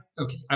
Okay